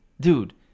Dude